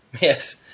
Yes